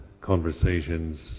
conversations